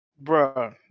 Bro